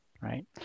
right